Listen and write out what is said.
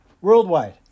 Worldwide